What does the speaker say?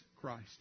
Christ